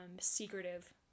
secretive